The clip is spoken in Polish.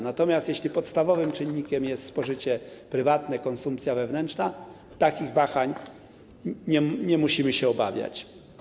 Natomiast jeśli podstawowym czynnikiem jest spożycie prywatne, konsumpcja wewnętrzna, takich wahań nie musimy się obawiać.